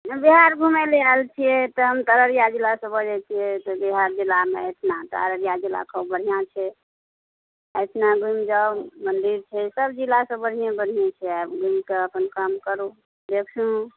बिहार घुमै लए आयल छियै तऽ हम तऽ अररिया जिला सऽ बजै छियै तऽ बिहार जिलामे एतना तऽ अररिया जिला खूब बढ़िऑं छै एतना घुमि जाउ मन्दिर छै सब जिला से बढ़िऑं बढ़िऑं छै आब घुमि कऽ अपन काम करू देखू